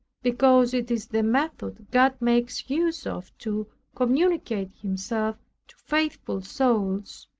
because it is the method god makes use of to communicate himself to faithful souls,